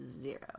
zero